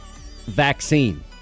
vaccine